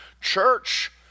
Church